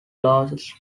largest